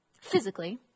physically